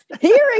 hearing